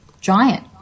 giant